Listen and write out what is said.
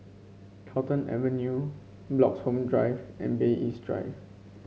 Carlton Avenue Bloxhome Drive and Bay East Drive